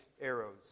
arrows